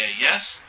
yes